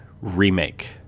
remake